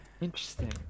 Interesting